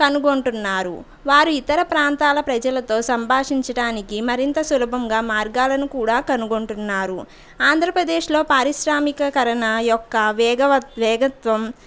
కనుగొంటున్నారు వారు ఇతర ప్రాంతాల ప్రజలతో సంభాషించడానికి మరింత సులభంగా మార్గాలను కూడా కనుగొంటున్నారు ఆంధ్రప్రదేశ్లో పారిశ్రామీకరణ యొక్క వేగవత్ వేగం